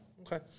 Okay